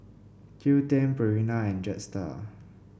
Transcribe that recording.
Qoo ten Purina and Jetstar